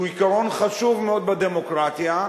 שהוא עיקרון חשוב מאוד בדמוקרטיה.